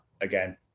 again